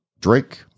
Drake